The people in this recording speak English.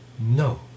no